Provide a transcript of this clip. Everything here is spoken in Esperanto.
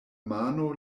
mano